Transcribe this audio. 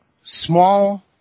small